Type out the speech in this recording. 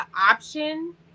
option